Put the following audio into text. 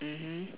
mmhmm